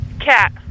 Cat